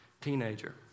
teenager